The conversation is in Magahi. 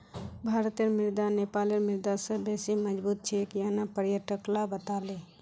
भारतेर मुद्रा नेपालेर मुद्रा स बेसी मजबूत छेक यन न पर्यटक ला बताले